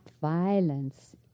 violence